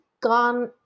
gone